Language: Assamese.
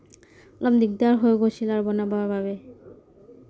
অলপ দিগদাৰ হৈ গৈছিল আৰু বনাবৰ বাবে